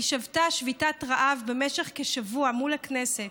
שבתה שביתת רעב במשך כשבוע מול הכנסת.